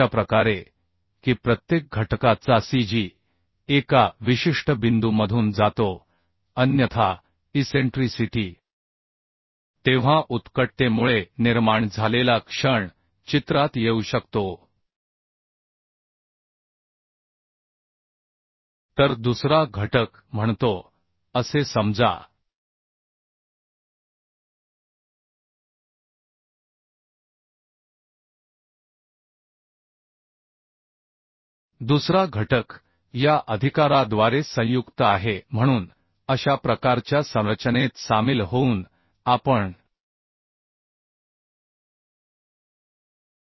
अशा प्रकारे की प्रत्येक घटका चा cg एका विशिष्ट बिंदूमधून जातो अन्यथा इसेंट्रीसिटी तेव्हा उत्कटतेमुळे निर्माण झालेला क्षण चित्रात येऊ शकतो तर दुसरा घटक म्हणतो असे समजा दुसरा घटक या अधिकाराद्वारे संयुक्त आहे म्हणून अशा प्रकारच्या संरचनेत सामील होऊन आपण तर मग आपण कसे जॉइंट करू